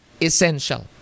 essential